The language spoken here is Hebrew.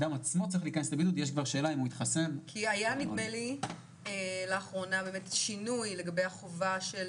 כי היה נדמה לי לאחרונה באמת שינוי לגבי החובה של